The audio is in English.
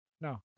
No